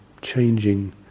changing